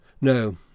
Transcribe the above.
No